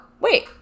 wait